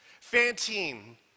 Fantine